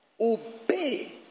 Obey